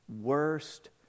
worst